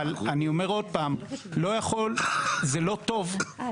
אבל אני אומר עוד פעם: זה לא טוב --- רגע,